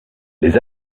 les